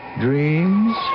dreams